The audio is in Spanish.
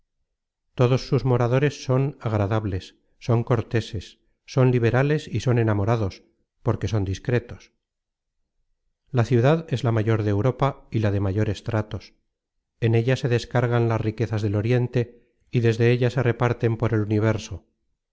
todos sus moradores son agradables son corteses son liberales y son enamorados porque son discretos la ciudad es la mayor de europa y la de mayores tratos en ella se descargan las riquezas del oriente y desde ella se re